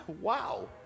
Wow